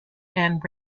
and